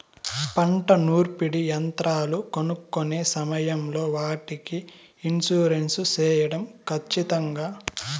పంట నూర్పిడి యంత్రాలు కొనుక్కొనే సమయం లో వాటికి ఇన్సూరెన్సు సేయడం ఖచ్చితంగా?